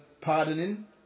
pardoning